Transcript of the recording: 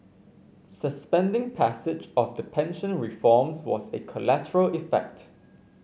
suspending passage of the pension reforms was a collateral effect